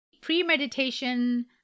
Premeditation